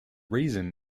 reason